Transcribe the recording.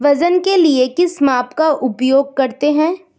वजन के लिए किस माप का उपयोग करते हैं?